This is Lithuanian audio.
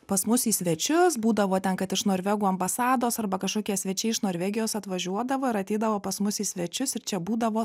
pas mus į svečius būdavo ten kad iš norvegų ambasados arba kažkokie svečiai iš norvegijos atvažiuodavo ir ateidavo pas mus į svečius ir čia būdavo